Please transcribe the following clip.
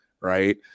right